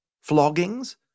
floggings